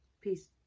Peace